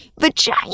vagina